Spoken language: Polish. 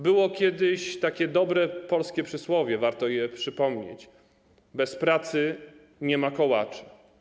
Było kiedyś takie dobre polskie przysłowie, warto je przypomnieć: bez pracy nie ma kołaczy.